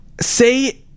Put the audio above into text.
Say